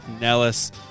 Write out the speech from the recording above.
Nellis